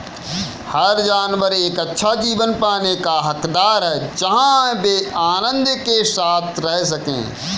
हर जानवर एक अच्छा जीवन पाने का हकदार है जहां वे आनंद के साथ रह सके